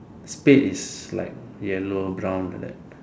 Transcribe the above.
spade is like yellow brown like that